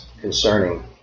concerning